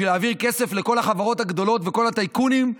בשביל להעביר כסף לכל החברות הגדולות ולכל הטייקונים,